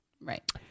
Right